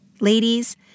Ladies